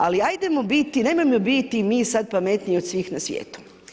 Ali ajdemo biti, nemojmo biti mi sada pametniji od svih na svijetu.